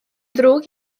ddrwg